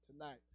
tonight